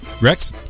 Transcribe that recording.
Rex